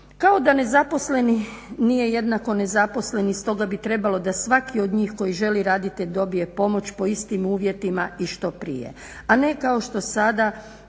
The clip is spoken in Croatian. Kao da nezaposleni nije jednako nezaposlen i stoga bi trebalo da svaki od njih koji želi raditi dobije pomoć po istim uvjetima i što prije,